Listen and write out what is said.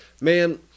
man